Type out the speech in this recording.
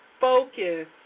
focus